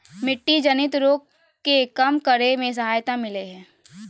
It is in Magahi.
मिट्टी जनित रोग के कम करे में सहायता मिलैय हइ